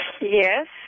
Yes